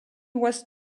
was